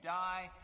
die